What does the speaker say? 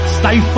stay